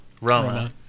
Roma